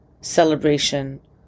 celebration